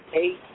eight